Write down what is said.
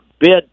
bid